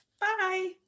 Bye